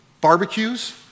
barbecues